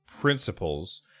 principles